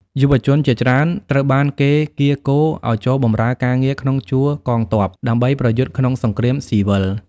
យុវជនជាច្រើនត្រូវបានគេកៀរគរឲ្យចូលបម្រើការងារក្នុងជួរកងទ័ពដើម្បីប្រយុទ្ធក្នុងសង្គ្រាមស៊ីវិល។